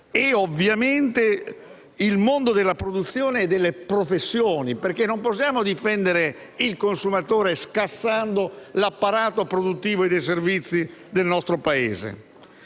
e, ovviamente, il mondo della produzione e delle professioni. Non possiamo infatti difendere il consumatore "scassando" l'apparato produttivo e dei servizi del Paese.